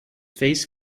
face